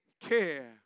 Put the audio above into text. care